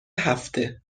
هفته